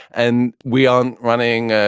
and we are running,